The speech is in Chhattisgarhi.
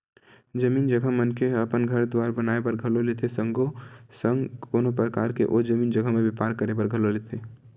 जमीन जघा मनखे ह अपन घर दुवार बनाए बर घलो लेथे संगे संग कोनो परकार के ओ जमीन जघा म बेपार करे बर घलो लेथे